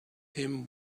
him